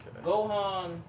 Gohan